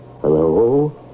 Hello